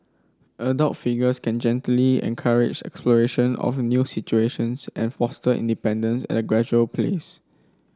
adult figures can gently encourage exploration of new situations and foster independence at a gradual please